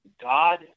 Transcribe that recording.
God